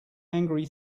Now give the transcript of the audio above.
angry